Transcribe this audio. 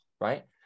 right